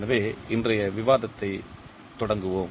எனவே இன்றைய விவாதத்தைத் தொடங்குவோம்